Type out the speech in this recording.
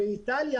באיטליה